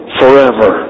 forever